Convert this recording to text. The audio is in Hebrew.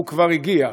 הוא כבר הגיע,